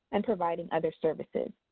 and providing other services.